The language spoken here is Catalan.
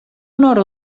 nord